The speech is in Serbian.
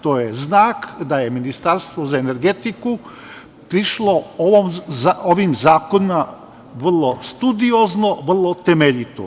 To je znak da je Ministarstvo za energetiku prišlo ovim zakonima vrlo studiozno, vrlo temeljito.